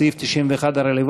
בסעיף 91 הרלוונטי,